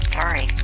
Sorry